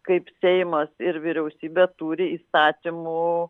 kaip seimas ir vyriausybė turi įstatymų